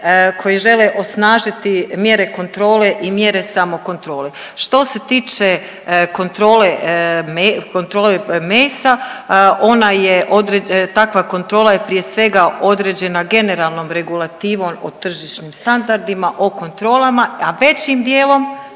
koji žele osnažiti mjere kontrole i mjere samokontrole. Što se tiče kontrole, kontrole mesa ona je, takva kontrola je prije svega određena generalnom regulativom o tržišnim standardima o kontrolama, a većim dijelom,